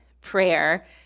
Prayer